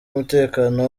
umutekano